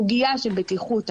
הסוגיה של בטיחות העבודה,